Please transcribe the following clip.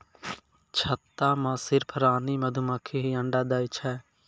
छत्ता मॅ सिर्फ रानी मधुमक्खी हीं अंडा दै छै